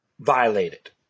violated